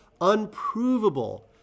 unprovable